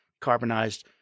carbonized